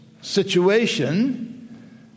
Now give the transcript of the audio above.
situation